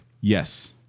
Yes